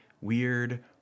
weird